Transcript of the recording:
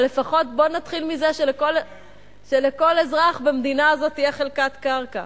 אבל לפחות בוא נתחיל מזה שלכל אזרח במדינה הזאת תהיה חלקת קרקע.